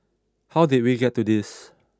how did we get to this